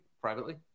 privately